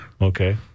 Okay